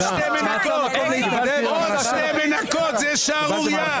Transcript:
עוד שתי מנקות, זו שערורייה.